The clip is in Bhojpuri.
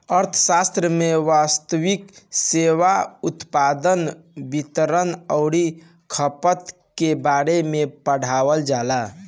अर्थशास्त्र में वस्तु, सेवा, उत्पादन, वितरण अउरी खपत के बारे में पढ़ावल जाला